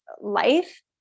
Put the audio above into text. life